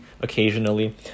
occasionally